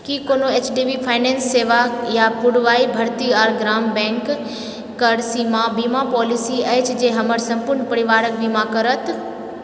की कोनो H D B finance सेवा या पुडुवाई भरथीआर ग्राम बैंक कर सीमा बीमा पॉलिसी अछि जे हमर सम्पूर्ण परिवारक बीमा करत